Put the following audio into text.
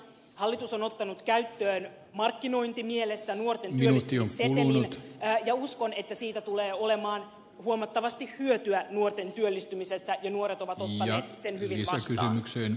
hallitus on ottanut käyttöön markkinointimielessä nuorten työllistämissetelin ja uskon että siitä tulee olemaan huomattavasti hyötyä nuorten työllistymisessä ja nuoret ovat ottaneet sen hyvin vastaan